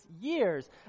years